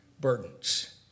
burdens